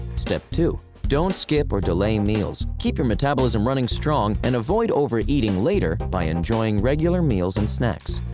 step two. don't skip or delay meals. keep your metabolism running strong and avoid overeating later by enjoying regular meals and snacks.